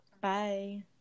bye